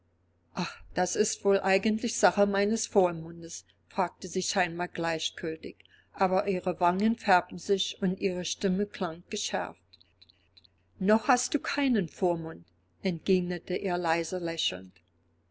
ach das ist wohl eigentlich sache meines vormundes fragte sie scheinbar gleichgültig aber ihre wangen färbten sich und ihre stimme klang geschärft noch hast du keinen vormund entgegnete er leise lächelnd